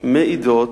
מעידות,